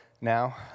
now